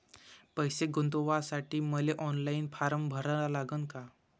पैसे गुंतवासाठी मले ऑनलाईन फारम भरा लागन का?